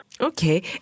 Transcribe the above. Okay